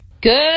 Good